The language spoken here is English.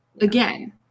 again